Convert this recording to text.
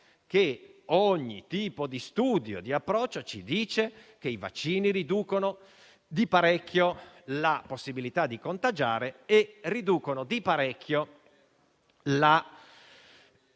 che ogni tipo di studio e di approccio ci dice che i vaccini riducono di parecchio la possibilità di contagiare e il verificarsi di